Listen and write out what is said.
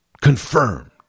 confirmed